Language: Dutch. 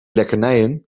lekkernijen